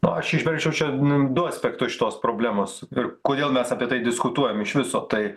nu aš įžvelgčiau čia du aspektus šitos problemos ir kodėl mes apie tai diskutuojam iš viso tai